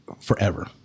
forever